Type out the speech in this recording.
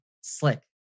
slick